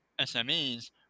SMEs